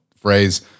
phrase